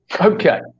Okay